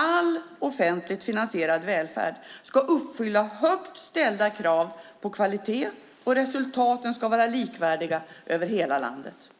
All offentligt finansierad välfärd ska uppfylla högt ställda krav på kvalitet, och resultaten ska vara likvärdiga över hela landet.